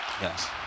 Yes